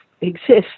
exist